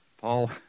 paul